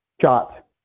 shot